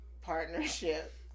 partnership